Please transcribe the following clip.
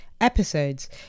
episodes